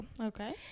Okay